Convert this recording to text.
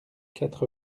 quatre